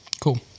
cool